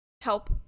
help